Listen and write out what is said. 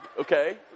okay